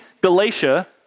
Galatia